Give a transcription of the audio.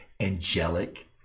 angelic